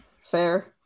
Fair